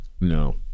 no